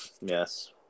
Yes